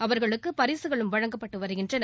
அவர்களுக்கு பரிசுகளும் வழங்கப்பட்டு வருகின்றன